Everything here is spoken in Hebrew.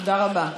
תודה רבה.